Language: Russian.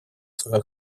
свою